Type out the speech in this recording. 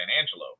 Angelo